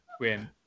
win